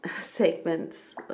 segments